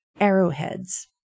arrowheads